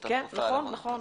נכון.